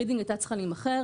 רידינג הייתה צריכה להימכר.